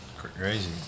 Crazy